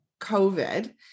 COVID